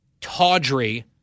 tawdry